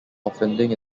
offending